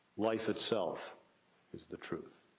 life itself is the truth.